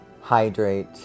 hydrate